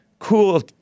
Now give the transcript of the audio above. Cool